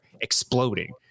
exploding